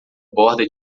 borda